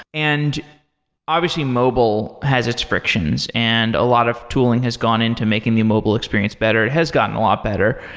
and obviously mobile has its frictions and a lot of tooling has gone into making the mobile experience better. it has gotten a lot better.